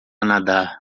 nadar